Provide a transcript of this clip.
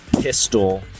pistol